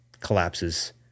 collapses